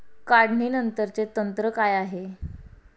काढणीनंतरचे तंत्र काय आहे?